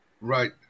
Right